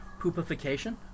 Poopification